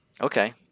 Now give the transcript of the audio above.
Okay